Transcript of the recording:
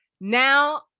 now